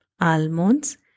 almonds